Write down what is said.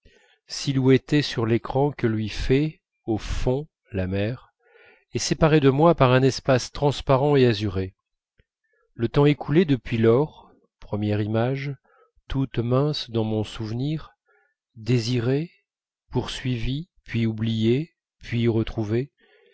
silhouettée sur l'écran que lui fait au fond la mer et séparée de moi par un espace transparent et azuré le temps écoulé depuis lors première image toute mince dans mon souvenir désirée poursuivie puis oubliée puis retrouvée